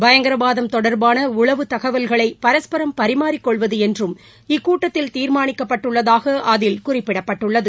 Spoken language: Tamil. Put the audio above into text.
பயங்கரவாதம் தொடர்பான உளவுத்தகவல்களை பரஸ்பரம் பரிமாறிக்கொள்வது என்றும் இக்கூட்டத்தில் தீர்மானிக்கப்பட்டுள்ளதாக அதில் குறிப்பிடப்பட்டுள்ளது